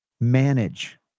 Manage